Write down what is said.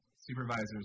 supervisors